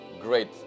great